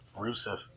Rusev